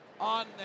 on